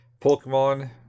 Pokemon